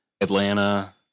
Atlanta